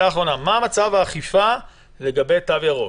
אורי בוצמסקי, מה מצב האכיפה לגבי תו ירוק?